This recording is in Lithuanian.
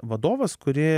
vadovas kuri